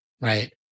right